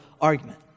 argument